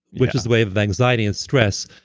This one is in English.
which is the wave of anxiety and stress,